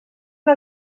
una